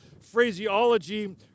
Phraseology